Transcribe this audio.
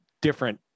Different